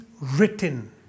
written